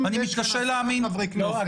אם יש חברי כנסת --- לא,